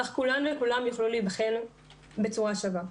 כך כולן וכולם יוכלו להיבחן בצורה שווה.